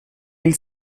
hil